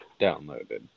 downloaded